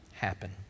happen